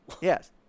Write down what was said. Yes